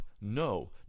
no